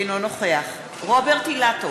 אינו נוכח רוברט אילטוב,